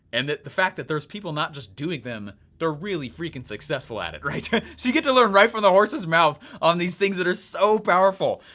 and that the fact that there's people not just doing them, they're really freaking successful at it, right? yeah so you get to learn right from the horse's mouth on these things that are so powerful.